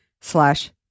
slash